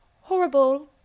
horrible